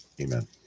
Amen